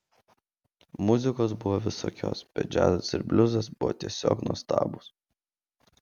muzikos buvo visokios bet džiazas ir bliuzas buvo tiesiog nuostabūs